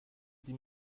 sie